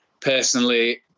Personally